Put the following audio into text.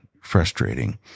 frustrating